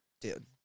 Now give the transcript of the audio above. Dude